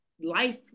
life